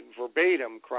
verbatim